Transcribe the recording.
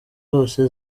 zose